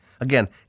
Again